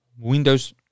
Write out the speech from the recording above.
Windows